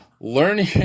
learning